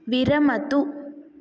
विरमतु